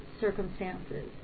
circumstances